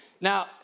Now